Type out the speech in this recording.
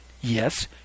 Yes